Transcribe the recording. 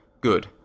Good